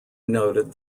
noted